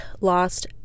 lost